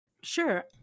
Sure